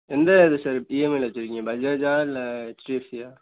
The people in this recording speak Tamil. எந்த இது சார் இஎம்ஐயில வச்சுருக்கீங்க பஜாஜா இல்லை ஹெச்டிஎஃப்சியா